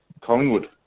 Collingwood